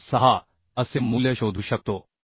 86 असे मूल्य शोधू शकतो